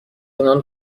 انان